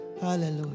Hallelujah